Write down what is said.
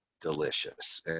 delicious